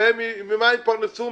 וממה הם יתפרנסו?